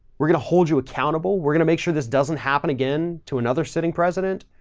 we're going to hold you accountable. we're going to make sure this doesn't happen again to another sitting president.